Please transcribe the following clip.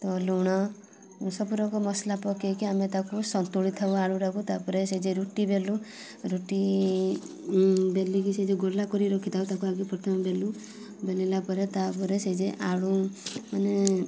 ତ ଲୁଣ ସବୁ ରକମ ମସଲା ପକାଇକି ଆମେ ତାକୁ ସନ୍ତୁଳି ଥାଉ ଆଳୁଟାକୁ ତା'ପରେ ସେ ଯେ ରୁଟି ବେଲୁ ରୁଟି ବେଲିକି ସେ ଯେଉଁ ଗୋଲା କରିକି ରଖିଥାଉ ତାକୁ ଆଗେ ପ୍ରଥମେ ବେଲୁ ବେଲିଲା ପରେ ତା'ପରେ ସେ ଯେ ଆଳୁ ମାନେ